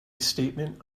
statement